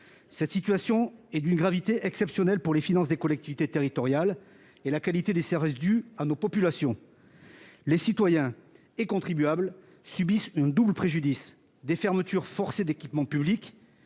Cette situation est d'une gravité exceptionnelle pour les finances des collectivités territoriales et la qualité des services dus à nos populations. Les citoyens et contribuables subissent un double préjudice : des fermetures forcées d'équipements publics